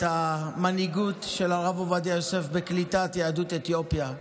את המנהיגות של הרב עובדיה יוסף בקליטת יהדות אתיופיה,